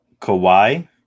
Kawhi